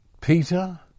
Peter